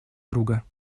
друга